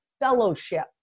fellowship